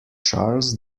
charles